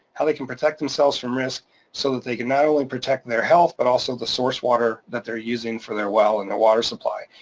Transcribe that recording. how they can protect themselves from risk so that they can not only protect their health, but also the source water that they're using for their well and their water supply.